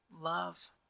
Love